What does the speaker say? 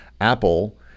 Apple